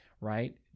right